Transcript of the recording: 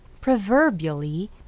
proverbially